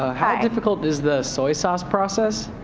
ah how difficult is the soy sauce process,